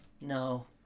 No